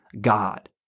God